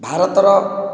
ଭାରତର